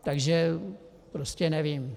Takže prostě nevím.